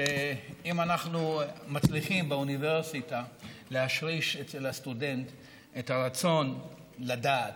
שאם אנחנו מצליחים באוניברסיטה להשריש אצל הסטודנט את הרצון לדעת,